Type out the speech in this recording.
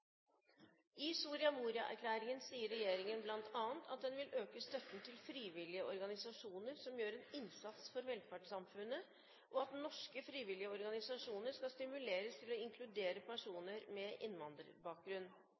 I Soria Moria sier regjeringen at den vil øke støtten til frivillige organisasjoner som gjør en innsats for velferdssamfunnet, og at norske frivillige organisasjoner skal stimuleres til å inkludere personer med innvandrerbakgrunn.